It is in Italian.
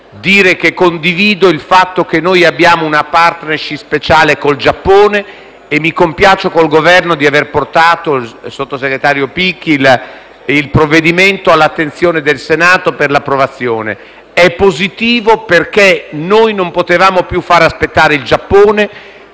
dire che condivido il fatto che abbiamo una *partnership* speciale con il Giappone, e mi compiaccio con il Governo di aver portato - mi rivolgo al sottosegretario Picchi - il provvedimento all'attenzione del Senato per l'approvazione. È positivo perché non potevamo più far aspettare il Giappone.